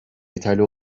yeterli